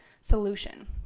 solution